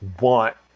want